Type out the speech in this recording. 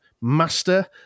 master